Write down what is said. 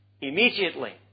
immediately